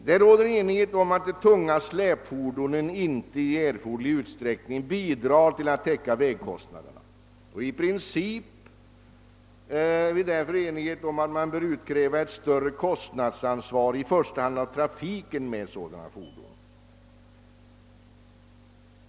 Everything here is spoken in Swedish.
Det råder enighet om att de tunga släpfordonen inte i erforderlig utsträckning bidrar till att täcka vägkostnaderna, och i princip är vi därför eniga om att man bör utkräva ett större kostnadsansvar i första hand av trafiken med sådana fordon.